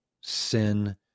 sin